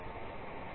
येथे